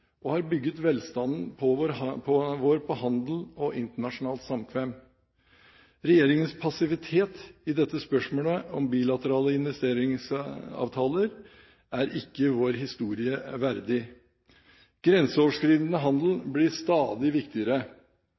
vår velstand på handel og internasjonalt samkvem. Regjeringens passivitet i dette spørsmålet om bilaterale investeringsavtaler er ikke vår historie verdig. Grenseoverskridende handel blir stadig viktigere.